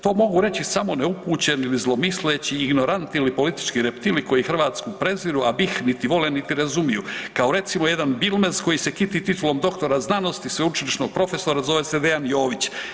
To mogu reći samo neupućeni ili zlomisleći ignoranti ili politički reptili koji Hrvatsku preziru, a BiH niti vole niti razumiju, kao recimo jedan Bilmes koji se kiti titulom doktora znanosti, sveučilišnog profesora zove se Dejan Jović.